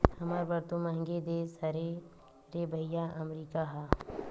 हमर बर तो मंहगे देश हरे रे भइया अमरीका ह